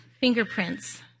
fingerprints